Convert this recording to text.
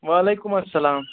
وعلیکُم اسلام